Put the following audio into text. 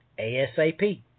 ASAP